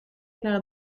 naar